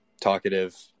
talkative